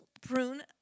prune